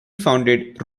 founded